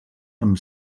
amb